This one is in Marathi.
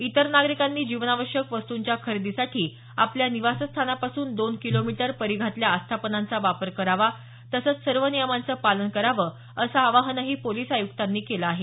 इतर नागरिकांनी जीवनावश्यक वस्तूंच्या खरेदीसाठी आपल्या निवासस्थानापासून दोन किलोमीटर परिघातल्या आस्थापनांचा वापर करावा तसंच सर्व नियमांचं पालन करावं असं आवाहनही पोलिस आयुक्तांनी केलं आहे